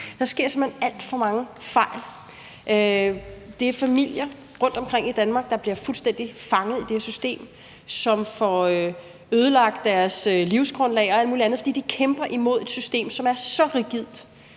hen alt for mange fejl. Der er familier rundtomkring i Danmark, der bliver fuldstændig fanget i det her system, og som får ødelagt deres livsgrundlag og alt muligt andet, fordi de kæmper imod et system, som er så rigidt,